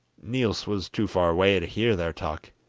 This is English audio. niels was too far away to hear their talk,